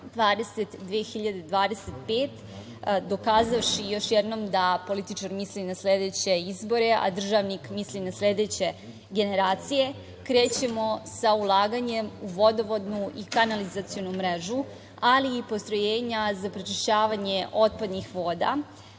2025“, dokazavši još jednom da političar misli i na sledeće izbore a državnik misli na sledeće generacije, krećemo sa ulaganjem u vodovodnu i kanalizacionu mrežu, ali i postrojenja za prečišćavanje otpadnih voda,